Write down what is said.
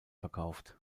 verkauft